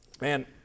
Man